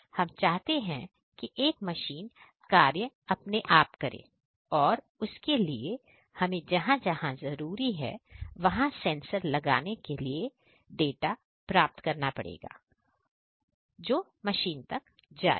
हम चाहते हैं कि एक मशीन कार्य अपने आप करें और उसके लिए हमें जहां जहां जरूरी है वहां सेंसर लगाने के लिए डाटा प्राप्त करना पड़ेगा वह मशीन हो जाए